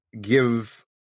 give